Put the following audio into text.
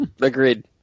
Agreed